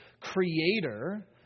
creator